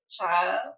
Child